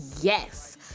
Yes